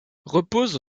repose